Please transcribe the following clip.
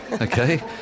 Okay